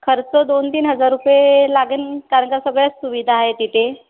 खर्च दोन तीन हजार रुपये लागेल कारण का सगळ्याच सुविधा आहे तिथे